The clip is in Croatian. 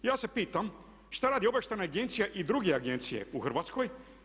Ja se pitam šta radi obavještajna agencija i druge agencije u Hrvatskoj.